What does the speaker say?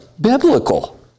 biblical